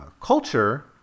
culture